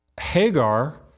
Hagar